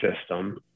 system